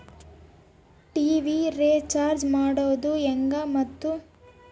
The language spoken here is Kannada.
ಟಿ.ವಿ ರೇಚಾರ್ಜ್ ಮಾಡೋದು ಹೆಂಗ ಮತ್ತು?